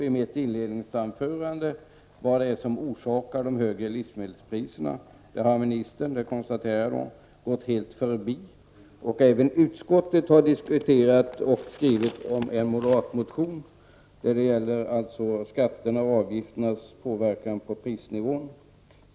I mitt inledningsanförande tog jag upp vad det är som orsakar de högre livsmedelspriserna och konstaterar att det har mininstern gått helt förbi. Även utskottet har diskuterat och skrivit om en moderatmotion där det gäller skatternas och avgifternas påverkan på prisnivån.